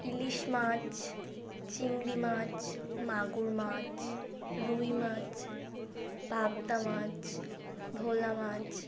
ইলিশ মাছ চিংড়ি মাছ মাগুর মাছ রুই মাছ পাবদা মাছ ভোলা মাছ